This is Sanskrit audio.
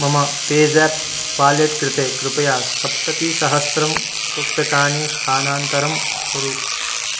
मम पेज़ाप् वालेट् कृते कृपया सप्ततिसहस्रं रूप्यकाणि स्थानान्तरं कुरु